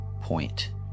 point